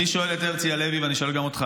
אני שואל את הרצי הלוי ואני שואל גם אותך,